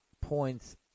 points